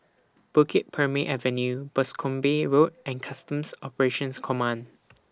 Bukit Purmei Avenue Boscombe Road and Customs Operations Command